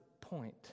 point